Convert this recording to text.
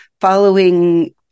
following